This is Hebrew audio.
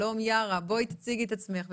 שלום יארה, בואי תציגי את עצמך בבקשה.